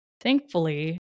thankfully